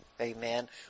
Amen